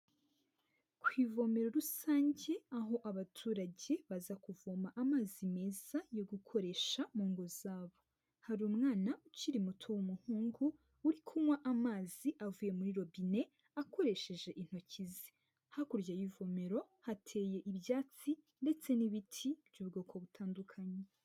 Ku ivomero rusange, aho abaturage baza kuvoma amazi meza yo gukoresha mu ngo zabo. Hari umwana ukiri muto w'umuhungu uri kunywa amazi avuye muri robine akoresheje intoki ze. Hakurya y'ivomero hateye ibyatsi ndetse n'ibiti by'ubwoko butandukanye.